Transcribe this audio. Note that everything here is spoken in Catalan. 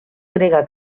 grega